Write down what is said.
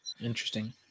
Interesting